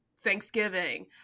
Thanksgiving